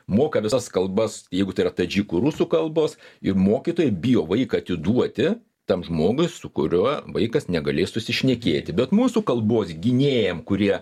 moka visas kalbas jeigu tai yra tadžikų rusų kalbos ir mokytojai bijo vaiką atiduoti tam žmogui su kuriuo vaikas negalės susišnekėti bet mūsų kalbos gynėjam kurie